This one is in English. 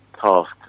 task